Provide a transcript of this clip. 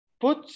put